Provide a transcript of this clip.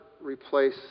replace